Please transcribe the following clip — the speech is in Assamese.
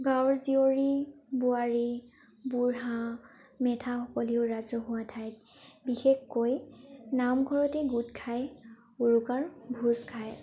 গাওঁৰ জীয়ৰী বোৱাৰী বুঢ়া মেথাসকলেও ৰাজহুৱা ঠাইত বিশেষকৈ নামঘৰতে গোট খাই উৰুকাৰ ভোজ খায়